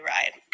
Ride